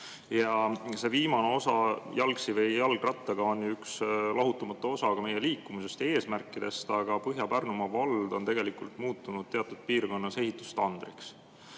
jalgsi või jalgrattaga – on ju üks lahutamatu osa meie liikuvuse eesmärkidest. Aga Põhja-Pärnumaa vald on tegelikult muutunud teatud piirkonnas ehitustandriks.